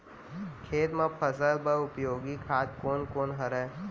खेत म फसल बर उपयोगी खाद कोन कोन हरय?